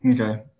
Okay